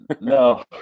No